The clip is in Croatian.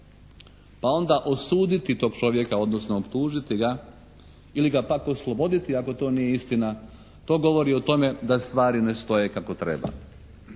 pa onda osuditi tog čovjeka odnosno optužiti ga ili ga pak osloboditi ako to nije istina. To govori o tome da stvari ne stoje kako treba.